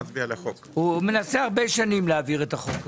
הוא מנסה הרבה שנים להעביר את החוק הזה.